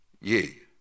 ye